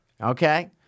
Okay